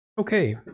Okay